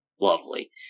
lovely